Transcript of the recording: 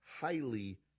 highly